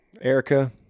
Erica